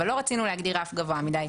אבל לא רצינו להגדיר רף גבוה מדי,